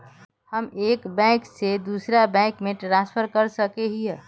हम एक बैंक से दूसरा बैंक में ट्रांसफर कर सके हिये?